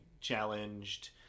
challenged